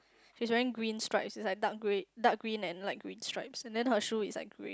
she's wearing green stripes it's like dark green dark green and light green stripes and then her shoes is like green